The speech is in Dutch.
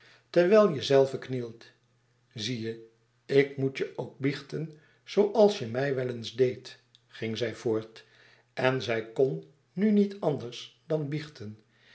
terwijl jezelve knielt zie je ik moet je ook biechten zooals je mij wel eens deed ging zij voort en zij kn nu niet anders dan biechten